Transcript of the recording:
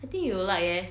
I think you will like eh